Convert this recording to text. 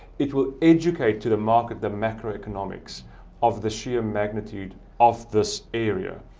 it will educate to the market the macro economics of the sheer magnitude of this area.